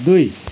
दुई